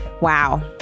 Wow